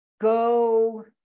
go